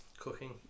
cooking